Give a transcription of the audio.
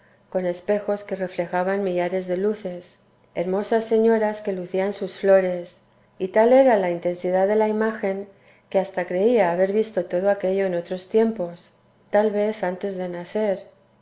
con espejos que reflejaban millares de luces hermosas señoras que lucían sus flores y tal era la intensidad de la imagen que hasta creía haber visto todo aquello en otros tiempos tal vez antes de nacer